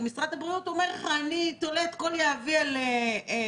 כי משרד הבריאות אומר לך שהוא תולה את כל יהבו על השב"כ.